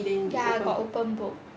ya got open book